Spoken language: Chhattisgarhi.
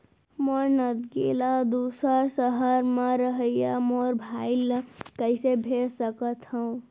मोर नगदी ला दूसर सहर म रहइया मोर भाई ला कइसे भेज सकत हव?